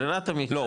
ברירת המחדל --- לא,